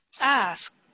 Ask